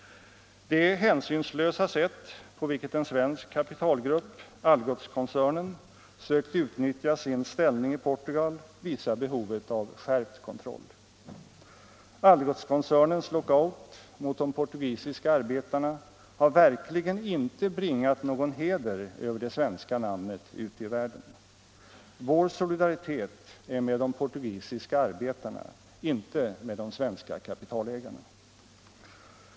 Det hänsynslösa sätt på vilket en svensk kapitalgrupp, Algotskoncernen, sökt utnyttja sin ställning i Portugal visar behovet av skärpt kontroll. Algotskoncernens lockout mot de portugisiska arbetarna har verkligen inte bringat någon heder över det svenska namnet ute i världen. Vår solidaritet är med de portugisiska arbetarna, inte med de svenska kapitalägarna.